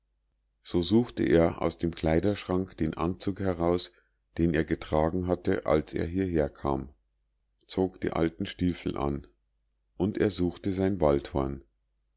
so suchte er aus dem kleiderschranke den anzug heraus den er getragen hatte als er hierherkam zog die alten stiefel an und er suchte sein waldhorn